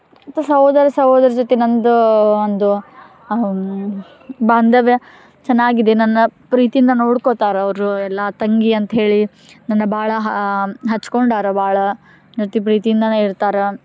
ಮತ್ತು ಸಹೋದರ ಸಹೋದರಿ ಜೊತೆ ನಂದು ಒಂದು ಬಾಂಧವ್ಯ ಚೆನ್ನಾಗಿದೆ ನನ್ನ ಪ್ರೀತಿಯಿಂದ ನೋಡ್ಕೊಳ್ತಾರೆ ಅವರು ಎಲ್ಲ ತಂಗಿ ಅಂಥೇಳಿ ನನ್ನ ಭಾಳ ಹಾ ಹಚ್ಕೊಂಡಾರ ಭಾಳ ಮತ್ತು ಪ್ರೀತಿಯಿಂದಲೇ ಇರ್ತಾರೆ